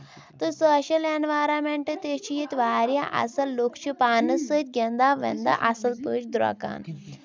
تہٕ social environment تہِ چھِ ییٚتہِ واریاہ اَصٕل لُکھ چھِ پانَس سۭتۍ گنٛدان وِنٛدان اَصٕل پٲٹھۍ درٛوٚکان